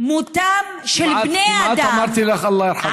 ממותם של בני אדם, כמעט אמרתי לך: אללה ירחמו.